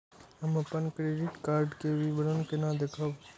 हम अपन credit card के विवरण केना देखब?